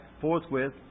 forthwith